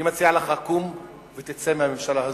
אני מציע לך, קום ותצא מהממשלה הזאת.